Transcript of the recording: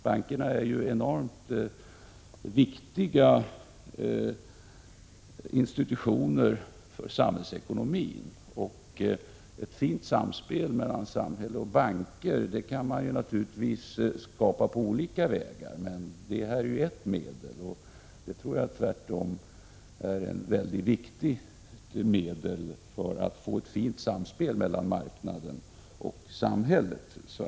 Bankerna är ju mycket viktiga institutioner för samhällsekonomin. Ett fint samspel mellan samhälle och banker kan naturligtvis skapas på olika sätt. Det här är då ett sätt, och enligt min mening ett mycket viktigt sådant, att få till stånd ett samspel mellan marknaden och samhället.